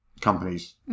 companies